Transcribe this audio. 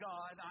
God